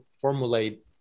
formulate